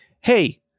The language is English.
hey